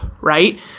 right